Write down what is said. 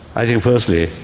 i think firstly,